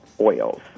oils